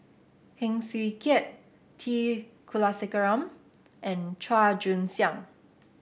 Heng Swee Keat T Kulasekaram and Chua Joon Siang